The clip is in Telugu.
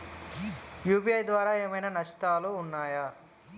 యూ.పీ.ఐ ద్వారా ఏమైనా నష్టాలు ఉన్నయా?